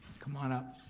come on up.